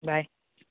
bye